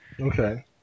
Okay